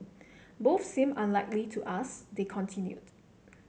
both seem unlikely to us they continued